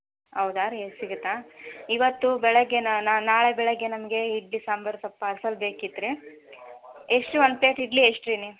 ಹೌದಾ ರೀ ಸಿಗುತ್ತಾ ಇವತ್ತು ಬೆಳಗ್ಗೆ ನಾಳೆ ಬೆಳಗ್ಗೆ ನಮಗೆ ಇಡ್ಲಿ ಸಾಂಬಾರು ಸ್ವಲ್ಪ ಪಾರ್ಸಲ್ ಬೇಕಿತ್ತು ರೀ ಎಷ್ಟು ಒಂದು ಪ್ಲೇಟ್ ಇಡ್ಲಿ ಎಷ್ಟು ರೀ ನಿ